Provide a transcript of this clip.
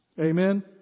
Amen